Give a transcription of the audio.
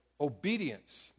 obedience